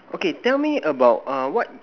okay tell me about err what